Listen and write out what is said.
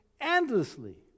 endlessly